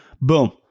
Boom